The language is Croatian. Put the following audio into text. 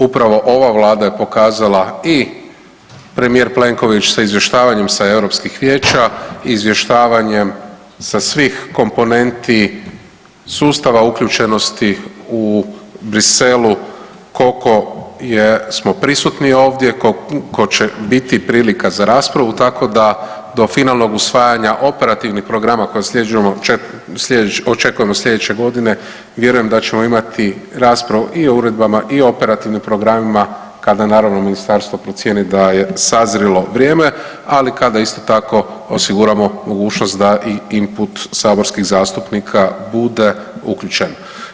Upravo ova Vlada je pokazala i premijer Plenković sa izvještavanjem sa europskih vijeća, izvještavanjem sa svih komponenti sustava uključenosti u Bruxellesu koliko jesmo prisutni ovdje, koliko će biti prilika za raspravu tako da do finalnog usvajanja operativnih programa koje …/nerazumljivo/… očekujemo slijedeće godine vjerujem da ćemo imati raspravu i o uredbama i o operativnim programima kada naravno ministarstvo procijeni da je sazrjelo vrijeme, ali kada isto tako osiguramo mogućnost da i input saborskih zastupnika bude uključen.